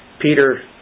Peter